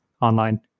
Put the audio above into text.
online